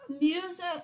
music